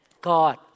God